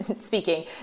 speaking